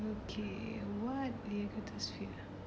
okay what you lah